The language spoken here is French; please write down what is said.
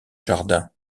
jardin